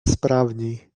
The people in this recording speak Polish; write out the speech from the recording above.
sprawniej